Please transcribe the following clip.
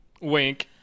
wink